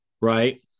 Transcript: right